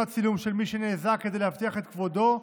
צילום של מי שנאזק כדי להבטיח את כבודו,